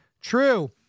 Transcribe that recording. true